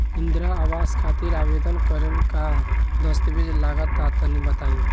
इंद्रा आवास खातिर आवेदन करेम का का दास्तावेज लगा तऽ तनि बता?